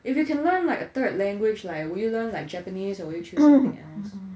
if you can learn like a third language like will you learn like japanese or would you choose something else